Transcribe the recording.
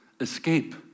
escape